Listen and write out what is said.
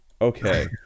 Okay